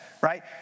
right